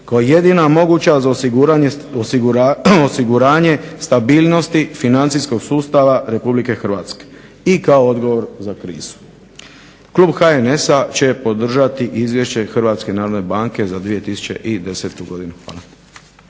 kao jedina moguća za osiguranje stabilnosti financijskog sustava RH i kao odgovor za krizu. Klub HNS-a će izvješće HNB-a za 2010.godinu.